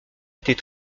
était